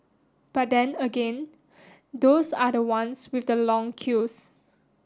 but then again those are the ones with the long queues